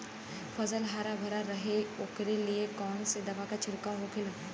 फसल हरा भरा रहे वोकरे लिए कौन सी दवा का छिड़काव होखेला?